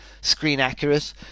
screen-accurate